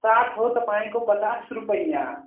चाट हो तपाईँको पचास रुपियाँ